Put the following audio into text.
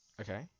Okay